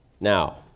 Now